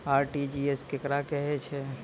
RTGS केकरा कहैत अछि?